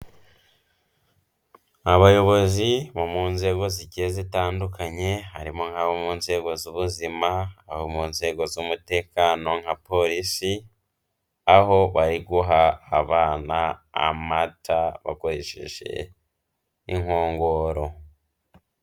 Abayobozi bo mu nzego zigiye zitandukanye, harimo nk'abo mu nzego z'ubuzima, abo mu nzego z'umutekano nka polisi, aho bari guha abana amata bakoresheje inkongoro.